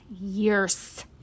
years